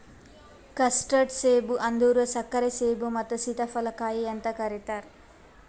custard ಸೇಬ ಅಂದುರ್ ಸಕ್ಕರೆ ಸೇಬು ಮತ್ತ ಸೀತಾಫಲ ಕಾಯಿ ಅಂತ್ ಕರಿತಾರ್